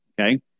Okay